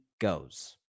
goes